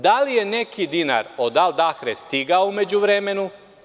Da li je neki dinar od Al Dahre stigao u međuvremenu?